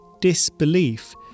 disbelief